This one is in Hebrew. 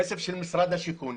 כסף של משרד השיכון,